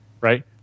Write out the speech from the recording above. right